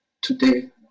today